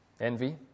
envy